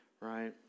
Right